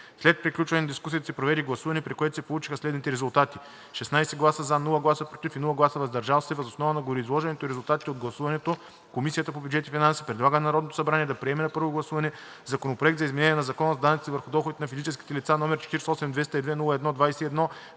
След приключване на дискусията се проведе гласуване, при което се получиха следните резултати: 16 гласа „за“, без гласове „против“ и „въздържал се“. Въз основа на гореизложеното и резултатите от гласуването Комисията по бюджет и финанси предлага на Народното събрание да приеме на първо гласуване Законопроект за изменение на Закона за данъците върху доходите на физическите лица, № 48-202-01-21,